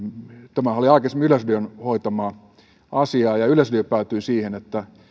tämähän oli aikaisemmin yleisradion hoitama asia ja yleisradio päätyi siihen että